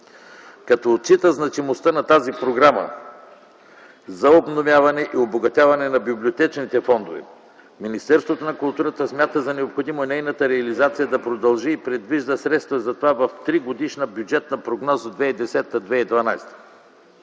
Като отчита значимостта на тази програма за обновяване и обогатяване на библиотечните фондове, Министерството на културата смята за необходимо нейната реализация да продължи и предвижда средства за това в 3-годишна бюджетна прогноза 2010-2012